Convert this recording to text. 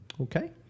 Okay